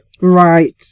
Right